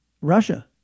Russia